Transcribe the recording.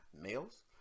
males